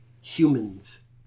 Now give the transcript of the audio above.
Humans